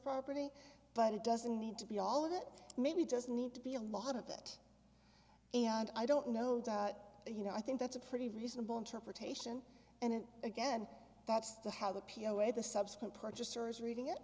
property but it doesn't need to be all of it maybe just need to be a lot of it and i don't know you know i think that's a pretty reasonable interpretation and again that's the how the p o way the subsequent purchasers reading it